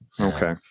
okay